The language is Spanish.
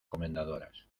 comendadoras